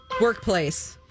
Workplace